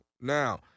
Now